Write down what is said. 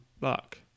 luck